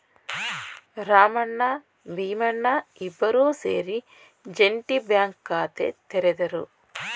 ರಾಮಣ್ಣ ಭೀಮಣ್ಣ ಇಬ್ಬರೂ ಸೇರಿ joint bank ಖಾತೆ ತೆರೆದರು